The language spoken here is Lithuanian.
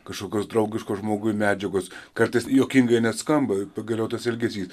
kažkokios draugiškos žmogui medžiagos kartais juokingai net skamba pagaliau tas elgesys